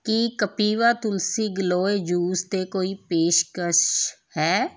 ਕੀ Kapiva Tulsi Giloy juice 'ਤੇ ਕੋਈ ਪੇਸ਼ਕਸ਼ ਹੈ